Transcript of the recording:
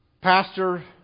Pastor